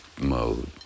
mode